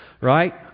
Right